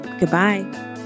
Goodbye